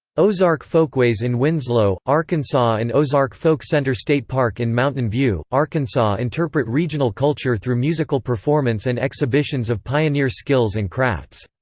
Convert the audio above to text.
ozark folkways in winslow, arkansas and ozark folk center state park in mountain view, arkansas interpret regional culture through musical performance and exhibitions of pioneer skills and crafts.